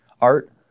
Art